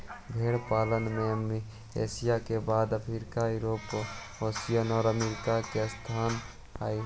भेंड़ पालन में एशिया के बाद अफ्रीका, यूरोप, ओशिनिया और अमेरिका का स्थान हई